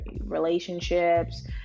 relationships